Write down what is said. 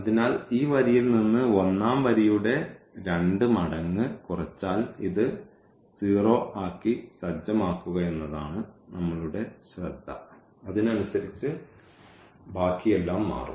അതിനാൽ ഈ വരിയിൽ നിന്ന് ഒന്നാം വരിയുടെ രണ്ട് മടങ്ങ് കുറച്ചാൽ ഇത് 0 ആക്കി സജ്ജമാക്കുകയെന്നതാണ് നമ്മളുടെ ശ്രദ്ധ അതിനനുസരിച്ച് ബാക്കിയെല്ലാം മാറും